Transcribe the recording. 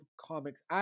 comics